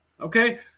okay